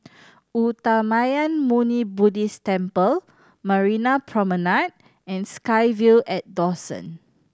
Uttamayanmuni Buddhist Temple Marina Promenade and SkyVille at Dawson